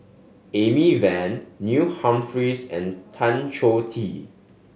Amy Van Neil Humphreys and Tan Choh Tee